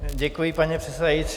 Děkuji, paní předsedající.